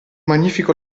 magnifico